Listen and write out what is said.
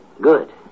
Good